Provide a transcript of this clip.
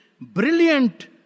brilliant